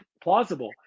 plausible